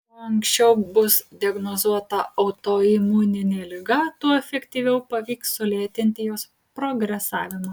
kuo anksčiau bus diagnozuota autoimuninė liga tuo efektyviau pavyks sulėtinti jos progresavimą